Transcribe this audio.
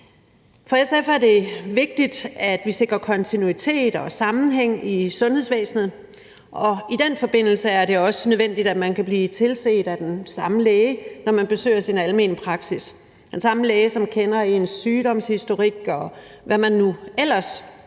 For SF er det vigtigt, at vi sikrer kontinuitet og sammenhæng i sundhedsvæsenet, og i den forbindelse er det også nødvendigt, at man kan blive tilset af den samme læge, når man besøger sin almene praksis; den samme læge, som kender ens sygdomshistorik, og hvad man nu ellers